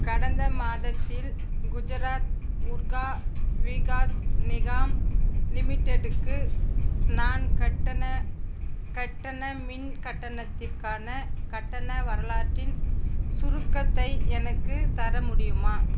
கடந்த மாதத்தில் குஜராத் உர்கா வீகாஸ் நிகாம் லிமிடெட்டுக்கு நான் கட்டின கட்டண மின் கட்டணத்திற்கான கட்டண வரலாற்றின் சுருக்கத்தை எனக்குத் தர முடியுமா